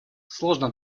сложно